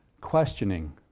questioning